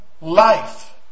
life